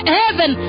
heaven